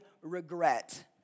regret